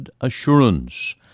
Assurance